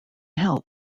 help